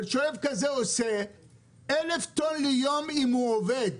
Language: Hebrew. אבל שואב כזה עושה 1,000 טון למשמרת אם הוא עובד.